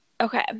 Okay